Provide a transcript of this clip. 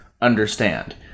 understand